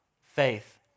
faith